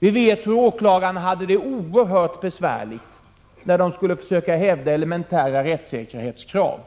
Vi vet att åklagarna hade det besvärligt när de skulle försöka hävda elementära rättssäkerhetskrav.